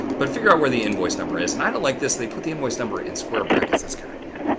but figure out where the invoice number is. and i don't like this. they put the invoice number in square brackets. that's kind of weird.